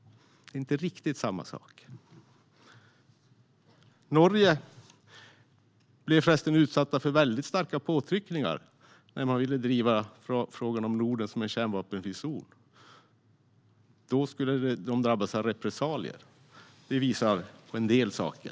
Det är inte riktigt samma sak. Norge blev förresten utsatt för starka påtryckningar när man ville driva frågan om Norden som en kärnvapenfri zon. Då skulle man drabbas av repressalier. Det visar på en del saker.